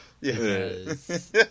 Yes